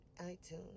iTunes